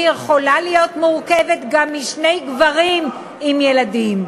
והיא יכולה להיות מורכבת גם משני גברים עם ילדים.